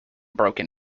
broken